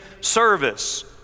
service